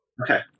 Okay